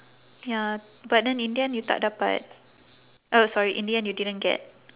ya but then in the end you tak dapat uh sorry in the end you didn't get